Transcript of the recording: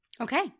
Okay